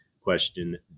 question